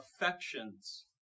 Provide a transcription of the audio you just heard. affections